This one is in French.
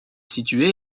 situé